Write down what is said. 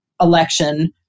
election